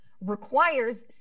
requires